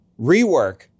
rework